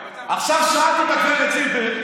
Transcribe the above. עכשיו, שמעתי את גב' זילבר.